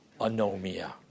anomia